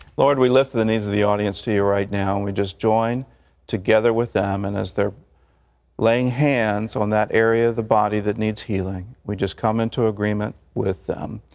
lord, we lift the needs of the audience to you right now, and we just join together with them. and as they are laying hands on that area of the body that needs healing, we just come into agreement with them.